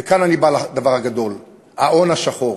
וכאן אני בא לדבר הגדול, ההון השחור.